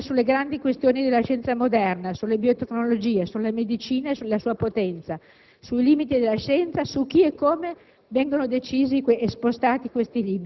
sui destini dei propri territori, ma anche sulle grandi questioni della scienza moderna, sulle biotecnologie, sulla medicina e la sua potenza, sui limiti della scienza, su chi e come